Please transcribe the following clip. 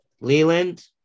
Leland